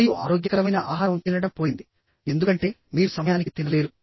మరియు ఆరోగ్యకరమైన ఆహారం తినడం పోయింది ఎందుకంటే మీరు సమయానికి తినలేరు